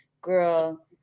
girl